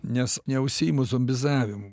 nes neužsiimu zombizavimu